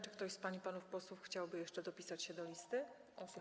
Czy ktoś z pań i panów posłów chciałby jeszcze dopisać się do listy osób